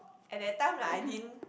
at that time lah I didn't